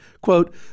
Quote